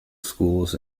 schools